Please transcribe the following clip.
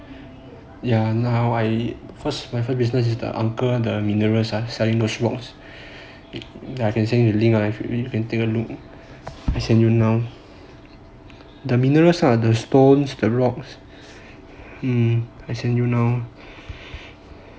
ya cause my first business is the uncle the minerals ah selling the shoe box I can send you the link you can take a look I send you now the minerals ah the stones the rocks mm I send you now